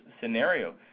scenario